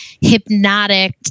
hypnotic